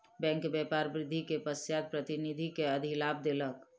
bank व्यापार वृद्धि के पश्चात प्रतिनिधि के अधिलाभ देलक